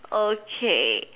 okay